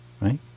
right